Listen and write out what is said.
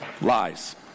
lies